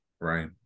right